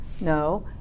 No